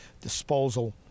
disposal